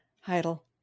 Heidel